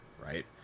right